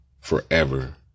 forever